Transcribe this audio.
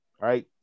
right